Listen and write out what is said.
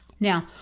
Now